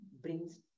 brings